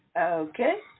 Okay